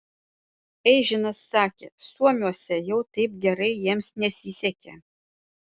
eižinas sakė suomiuose jau taip gerai jiems nesisekė